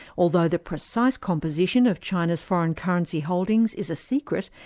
although the precise composition of china's foreign currency holdings is a secret,